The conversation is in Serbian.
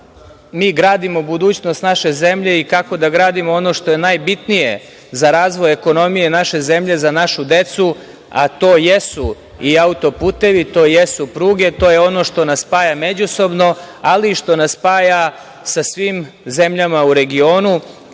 mi gradimo budućnost naše zemlje i kako da gradimo ono što je najbitnije za razvoj ekonomije naše zemlje, za našu decu, a to jesu i auto-putevi i to jesu pruge. To je ono što nas spaja međusobno, ali što nas spaja sa svim zemljama u regionu.